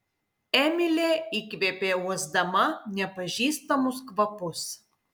emilė įkvėpė uosdama nepažįstamus kvapus